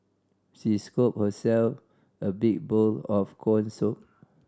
she scooped herself a big bowl of corn soup